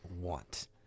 want